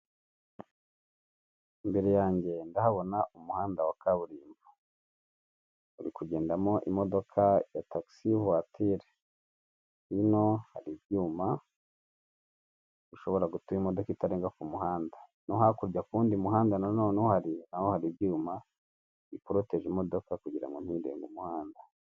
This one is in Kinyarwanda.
Imbere yange ndahabona umuhanda wa kaburimbo uri kugendamo imodoka ya tagisi vatire, hino hari ibyuma bishobora gutuma imodoka itarenga ku muhanda, no hakurya ku wundi muhanda, nanone hari naho ibyuma biporoteje imodoka, kugira ntirenge umuhanda.